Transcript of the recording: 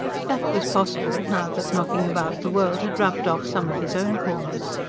that was possible, now that knocking about the world had rubbed off some of his own corners.